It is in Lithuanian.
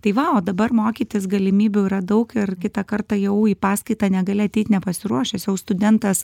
tai va o dabar mokytis galimybių yra daug ir kitą kartą jau į paskaitą negali ateit nepasiruošęs jau studentas